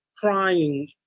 crying